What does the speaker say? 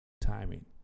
timing